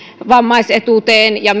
vammaisetuuteen ja